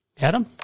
Adam